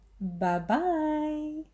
Bye-bye